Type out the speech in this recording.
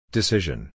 Decision